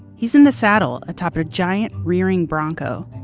he's in the saddle atop giant rearing bronco.